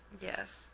yes